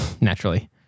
naturally